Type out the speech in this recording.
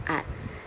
art